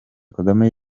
kagame